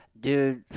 Dude